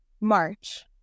march